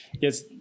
Yes